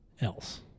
else